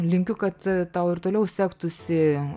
linkiu kad tau ir toliau sektųsi